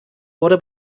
wurde